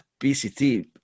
pct